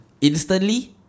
Instantly